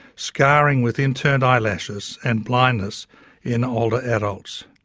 scarring with inturned eye lashes and blindness in older adults.